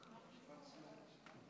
שלוש דקות,